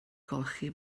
golchi